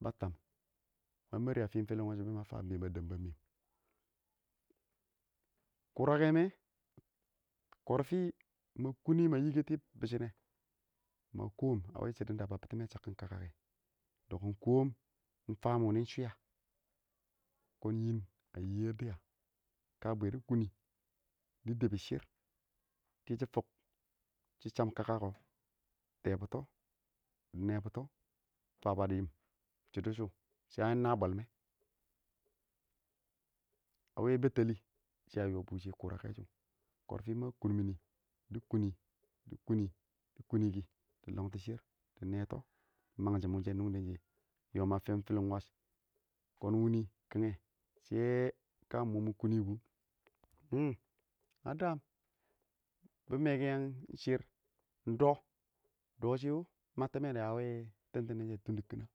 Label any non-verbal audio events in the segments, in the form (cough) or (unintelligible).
ba tam ma mɛrɪ a fiin fɪɬɪn wash, bɛ ma fa ba tam ba mɛɛm, kʊrakɛ kɔrfi ma kuni ma yɛkɛti bishinɛ ma kɔm a wɪ shidɔ ba biti mɛ chakkin kaka kɛ dɔkin kɔm ɪng fam wuni ɪng shwɪya, kʊn yɪn a yɛ diya ka bwɛ dɪ kʊnʊn dɪ dɛbi shɪr shishi fʊk shɪ chab kaka kɔ, tɛɛbutɔ nɛɛbutɔ faba dɪm shɪdɔ shɔwɔ shɪ (unintelligible) na bɔlmɛ, a wɪ bɛttɛlɪ shɪya yɔbɔ wɪshɪ kurakɛ shʊ kɔrfɪ ma kun mini dɪ kunɪ dɪ kunɪ kɪ bɪ lɔng tɔ shir bi nɛtɔ bɪ mangshɪm wʊshɛ nungdɛ shɛ a yɔm a fɪlɪn wash, kɔn wini kɪngnɛ shɛ ka mɔ mɪ kʊn kɔ ɪng a daam bɪ mɛkiyɛn shɪrr ɪng dɔ, dɔshɪ wɔ mattimɛ dɛ a wɪ timtimshɛ, tʊn dɪ kinɛng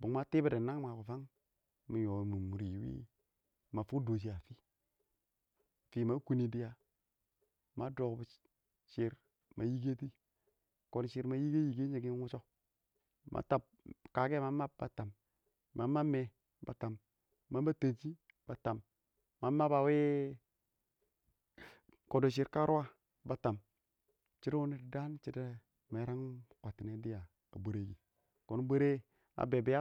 bung ma tibu dɪ nama kɔ fan mi ya mɪ mʊr yɪ wɪ ma fʊk dɔshɪ a fɪ? ɪng fɪ ma kunɪ dɪya ma dɔlbɔ shɪrr ba yikɛ dɪ kɔn shɪdɔ ba yikɛ yikɛn shɪ ing wʊshɔ? kakɛ ma mab ba tam ma mab mee ba tam, ma mab tenshi ba tam ma mab a wɪ kɔdɔ shɪrr kərʊwə ba tam, dɪ daan shɪ dɔ mɛrɛng kwattin bʊre kɪ kɔn dɪ ya a bwɛrɛki a bɛ bɛ a.